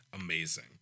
amazing